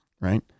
right